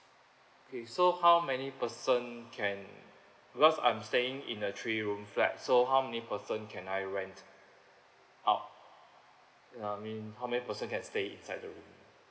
okay so how many person can because I'm staying in a three room flat so how many person can I rent out I mean how many person can stay inside the room